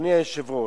אדוני היושב-ראש.